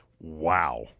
wow